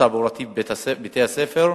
אדוני השר,